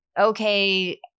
okay